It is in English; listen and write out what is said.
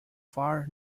far